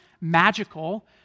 magical